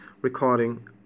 recording